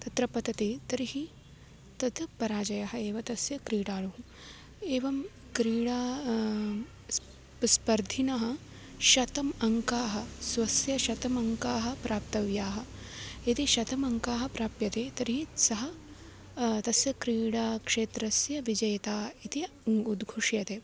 तत्र पतति तर्हि तत् पराजयः एव तस्य क्रीडालोः एवं क्रीडा स्पर्धा स्पर्धिनः शतम् अङ्काः स्वस्य शतम् अङ्काः प्राप्तव्याः यदि शतम् अङ्काः प्राप्यन्ते तर्हि सः तस्य क्रीडा क्षेत्रस्य विजेता इतिय उन् उद्घुष्यते